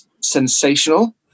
sensational